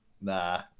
nah